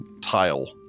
tile